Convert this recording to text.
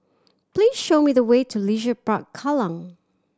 please show me the way to Leisure Park Kallang